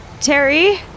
Terry